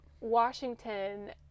Washington